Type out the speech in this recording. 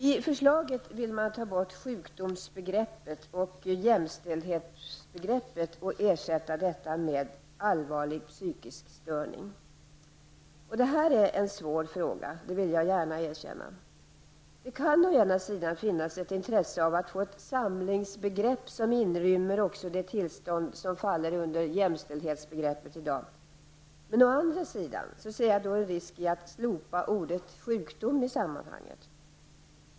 I förslaget vill man ta bort sjukdomsbegreppet och jämställdhetsbegreppet och ersätta detta med ''allvarlig psykisk störning''. Det här är en svår fråga, det vill jag gärna erkänna. Det kan å ena sidan finnas ett intresse av att få ett samlingsbegrepp som inrymmer också de tillstånd som i dag faller under jämställdhetsbegreppet, men å andra sidan ser jag en risk i att i sammanhanget slopa ordet ''sjukdom''.